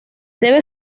debe